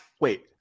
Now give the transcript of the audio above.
wait